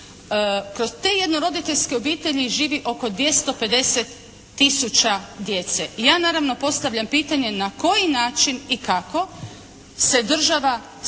Kroz te jedno roditeljske obitelji živi oko 250 000 djece. Ja naravno postavljam pitanje na koji način i kako se država skrbi